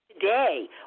today